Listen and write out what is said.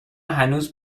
هنوز